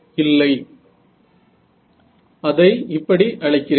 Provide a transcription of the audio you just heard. இல்லை அதை இப்படி அழைக்கிறேன்